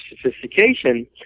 sophistication